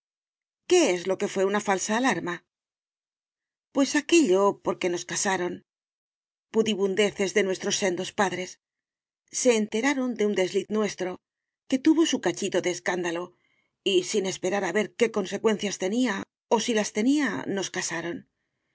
qué es lo que fué una falsa alarma pues aquello por que nos casaron pudibundeces de nuestros sendos padres se enteraron de un desliz nuestro que tuvo su cachito de escándalo y sin esperar a ver qué consecuencias tenía o si las tenía nos casaron